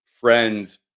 friends